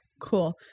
cool